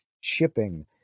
shipping